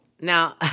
now